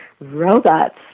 robots